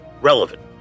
relevant